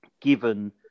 given